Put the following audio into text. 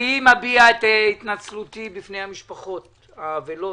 אני מביע את התנצלותי בפני המשפחות האבלות